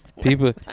people